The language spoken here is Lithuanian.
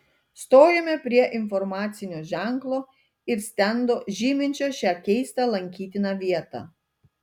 stojome prie informacinio ženklo ir stendo žyminčio šią keistą lankytiną vietą